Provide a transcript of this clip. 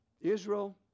Israel